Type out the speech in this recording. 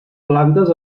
plantes